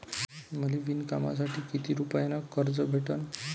मले विणकामासाठी किती रुपयानं कर्ज भेटन?